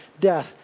death